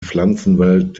pflanzenwelt